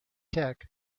tech